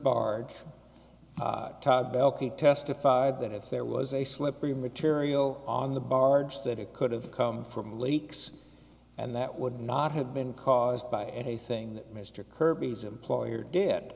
barge testified that if there was a slippery material on the barge that it could have come from leaks and that would not have been caused by anything mr kirby's employer d